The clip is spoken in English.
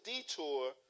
detour